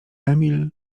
emil